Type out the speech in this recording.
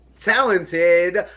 talented